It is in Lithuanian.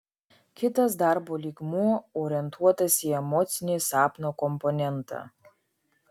kitas darbo lygmuo orientuotas į emocinį sapno komponentą